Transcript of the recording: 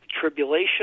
tribulation